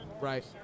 right